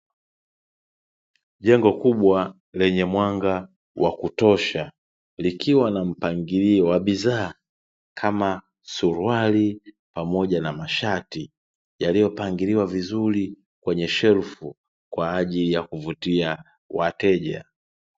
Jengo kubwa lenye mwanga wa kutosha likiwa na mpangilio wa bidhaa kama suruali pamoja na mashati, yaliyopangiliwa vizuri kwenye shelfu kwa ajili ya kuvutia wateja.